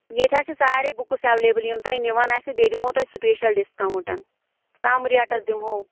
ییٚتہِ حظ چھِ ٮساریٚے بُکٕس ایٚویلیبٔل یِم تۄہہِ نِون آسوٕ بیٚیہِ دِمَہو تۄہہِ سُپیشَل ڈِسکَاوُنٹن کَم ریٹَس دِمہو